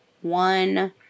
one